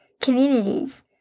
communities